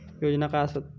योजना काय आसत?